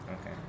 Okay